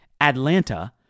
Atlanta